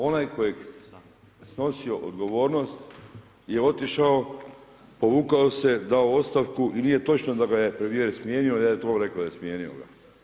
Onaj koji je snosio odgovornost je otišao, povukao se, dao ostavku i nije točno da ga je premijer smijenio i da je to rekao da je smijenio ga.